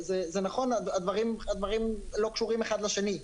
זה נכון, הדברים לא קשורים אחד בשני.